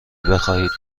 بخواهید